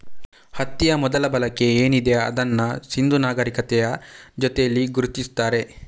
ಹತ್ತಿಯ ಮೊದಲ ಬಳಕೆ ಏನಿದೆ ಅದನ್ನ ಸಿಂಧೂ ನಾಗರೀಕತೆಯ ಜೊತೇಲಿ ಗುರುತಿಸ್ತಾರೆ